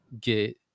get